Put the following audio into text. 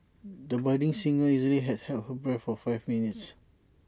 the budding singer easily held her her breath for five minutes